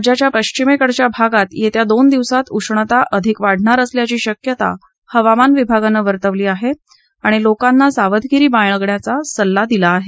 राज्याच्या पश्विमेकडील भागात येत्या दोन दिवसांत उष्णता अधिक वाढणार असल्याची शक्यता हवामान विभागानं वर्तवली असून लोकांना सावधगिरी बाळगण्याचा सल्ला दिला आहे